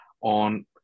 on